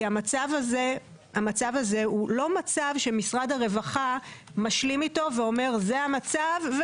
כי המצב הזה הוא לא מצב שמשרד הרווחה משלים איתו ואומר זה המצב.